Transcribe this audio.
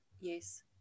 yes